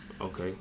Okay